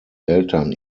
eltern